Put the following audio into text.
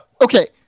Okay